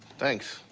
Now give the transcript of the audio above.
thanks.